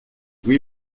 oui